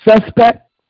suspect